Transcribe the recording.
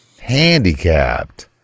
handicapped